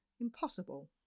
Impossible